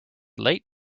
late